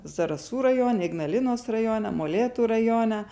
zarasų rajone ignalinos rajone molėtų rajone